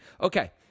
Okay